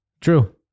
True